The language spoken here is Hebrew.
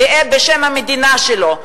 גאה בשם המדינה שלו,